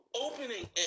opening